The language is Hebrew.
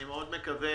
אני מאוד מקווה